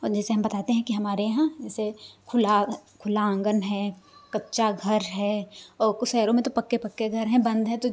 और जैसे हम बताते हैं कि हमारे यहाँ जैसे खुला खुला आँगन है कच्चा घर है औ कुछ शहरों में तो पक्के पक्के घर हैं बंद हैं तो